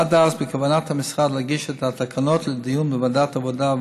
ועד אז בכוונת המשרד להגיש את התקנות לדיון בוועדת העבודה,